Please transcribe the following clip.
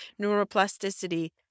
neuroplasticity